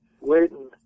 waiting